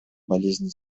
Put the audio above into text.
болезней